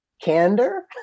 candor